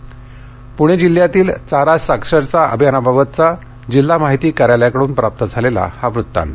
चारा साक्षरता पूणे जिल्ह्यातील चारा साक्षरता अभियानाबाबतचा जिल्हा माहिती कार्यालयाकडून प्राप्त झालेला वृत्तांत